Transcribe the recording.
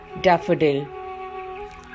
daffodil